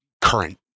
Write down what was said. current